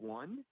one